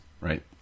right